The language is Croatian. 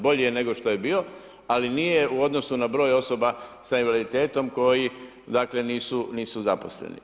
Bolji je nego što je bio, ali nije u odnosu na broj osoba s invaliditetom koji dakle, nisu zaposleni.